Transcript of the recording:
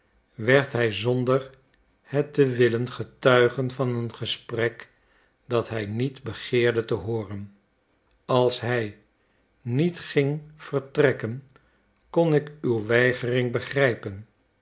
werd hij zonder het te willen getuige van een gesprek dat hij niet begeerde te hooren als hij niet ging vertrekken kon ik uw weigering begrijpen